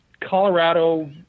Colorado